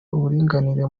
uburinganire